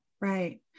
Right